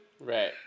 Right